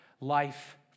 life